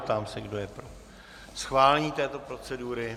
Ptám se, kdo je pro schválení této procedury.